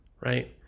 right